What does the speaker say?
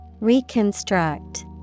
Reconstruct